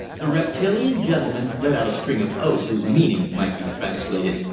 the reptilian gentleman let out a string of oaths whose meaning might be translated,